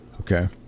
Okay